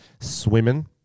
swimming